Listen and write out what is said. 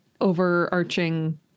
overarching